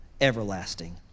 everlasting